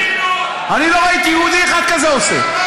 גינינו, אני לא ראיתי יהודי אחד כזה עושה.